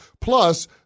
Plus